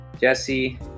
Jesse